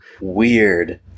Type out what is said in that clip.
Weird